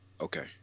Okay